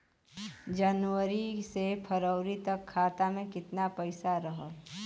जनवरी से फरवरी तक खाता में कितना पईसा रहल?